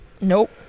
Nope